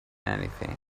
anything